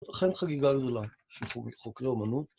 וכן חגיגלנו לה, חוקרי אמנות.